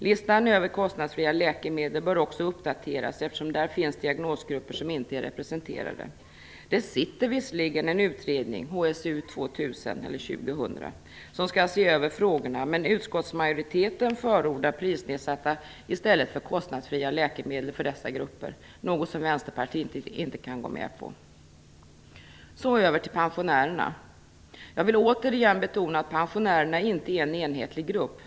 Listan över kostnadsfria läkemedel bör också uppdateras, eftersom där ingår diagnosgrupper som inte är representerade. Det sitter visserligen en utredning, HSU 2000, som skall se över frågorna, men utskottsmajoriteten förordar prisnedsatta i stället för kostnadsfria läkemedel för dessa grupper, något som Vänsterpartiet inte kan gå med på. Så över till frågan om pensionärerna. Jag vill åter betona att pensionärerna inte är en enhetlig grupp.